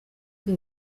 rye